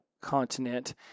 continent